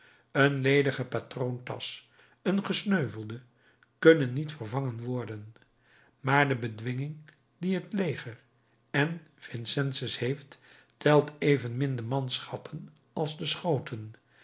een ledige patroontasch een gesneuvelde kunnen niet vervangen worden maar de bedwinging die het leger en vincennes heeft telt evenmin de manschappen als de schoten